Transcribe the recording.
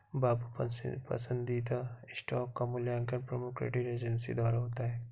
बाबू पसंदीदा स्टॉक का मूल्यांकन प्रमुख क्रेडिट एजेंसी द्वारा होता है